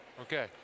Okay